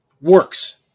works